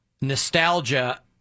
nostalgia